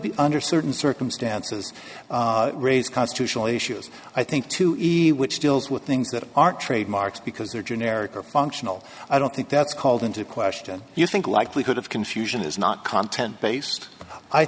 be under certain circumstances raise constitutional issues i think too easy which deals with things that are trademarks because they're generic or functional i don't think that's called into question you think likelihood of confusion is not content based i